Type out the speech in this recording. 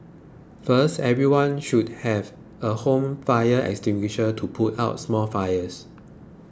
first everyone should have a home fire extinguisher to put out small fires